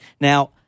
Now